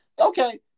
Okay